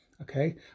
Okay